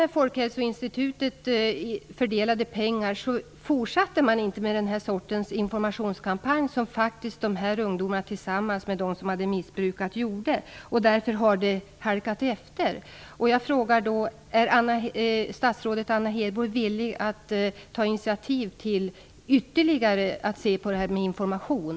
När Folkhälsoinstitutet fördelade pengar fortsatte man inte med informationskampanjer av det slag som dessa ungdomar gjorde tillsammans med ungdomar som hade missbrukat. Därför har det halkat efter. Jag vill fråga om statsrådet Anna Hedborg är villig att ta initiativ till att ytterligare studera detta med information.